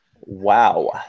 Wow